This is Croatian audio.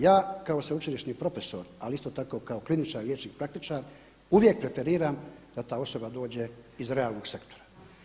Ja kao sveučilišni profesor ali isto tako kao kliničar, liječnik, praktičar uvijek preferiram da ta osoba dođe iz realnog sektora.